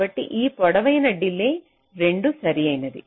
కాబట్టి నా పొడవైన డిలే 2 సరియైనది